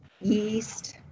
yeast